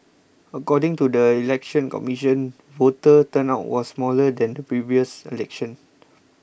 according to the Election Commission voter turnout was smaller than the previous election